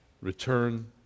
return